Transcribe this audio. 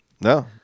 No